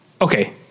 okay